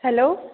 hello